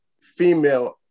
female